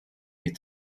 ait